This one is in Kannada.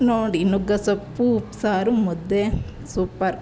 ನೋಡಿ ನುಗ್ಗೆ ಸೊಪ್ಪು ಉಪ್ಸಾರು ಮುದ್ದೆ ಸೂಪರ್